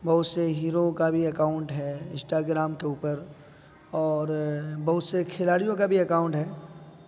بہت سے ہیرو کا بھی اکاؤنٹ ہے انسٹاگرام کے اوپر اور بہت سے کھلاڑیوں کا بھی اکاؤنٹ ہے